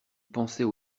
pensait